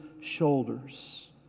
shoulders